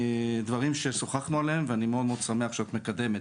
דברים שכבר שוחחנו עליהם ואני מאוד מאוד שמח לראות שאת מקיימת.